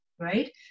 right